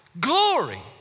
glory